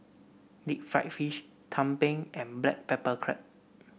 Deep Fried Fish tumpeng and Black Pepper Crab